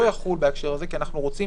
לא יחול בהקשר הזה כי אנחנו רוצים